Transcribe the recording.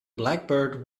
blackbird